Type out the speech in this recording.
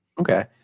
Okay